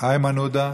איימן עודה,